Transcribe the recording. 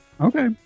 Okay